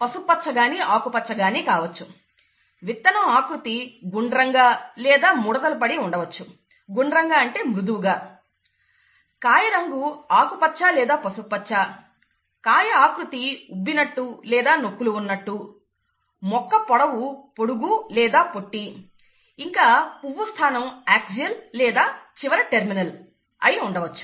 పసుపుపచ్చ గాని ఆకుపచ్చ గాని కావచ్చు విత్తనం ఆకృతి గుండ్రంగా లేదా ముడతలు పడి ఉండవచ్చు గుండ్రంగా అంటే మృదువుగా కాయ రంగు ఆకుపచ్చ లేదా పసుపు పచ్చ కాయ ఆకృతి ఉబ్బినట్టు లేదా నొక్కులు ఉన్నట్టు మొక్క పొడవు పొడుగు లేదా పొట్టి ఇంకా పువ్వు స్థానం ఆక్సియల్ లేదా చివర టెర్మినల్ అయి ఉండవచ్చు